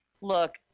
look